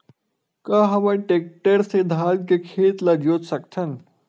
का हमन टेक्टर से धान के खेत ल जोत सकथन?